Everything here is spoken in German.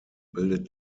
bildet